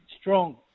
strong